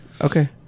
Okay